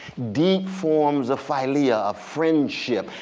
deep forms of filia, of friendship,